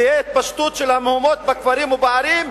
תהיה התפשטות של המהומות בכפרים ובערים,